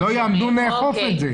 אם לא יעמדו נאכוף את זה.